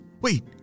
Wait